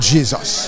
Jesus